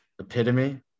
epitome